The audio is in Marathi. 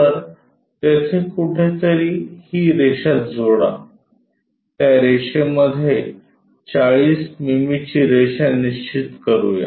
तर तेथे कुठेतरी ही रेषा जोडा त्या रेषेमध्ये 40 मिमी ची रेषा निश्चित करूया